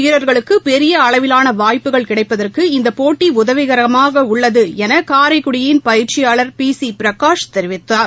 வீரர்களுக்குபெரியஅளவிலானவாய்ப்புகள் இளம் கிடைப்பதற்கு இந்தபோட்டிஉதவிகரமாகஉள்ளதுஎனகாரைக்குடியின் பயிற்சியாளர் பிசிபிரகாஷ் தெரிவித்தார்